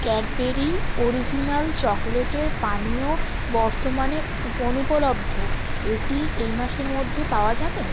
Cadbury original চকলেটের পানীয় বর্তমানে অনুপলব্ধ এটি এই মাসের মধ্যে পাওয়া যাবে